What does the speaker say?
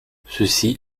ceci